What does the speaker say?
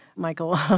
Michael